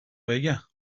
بگم